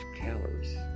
calories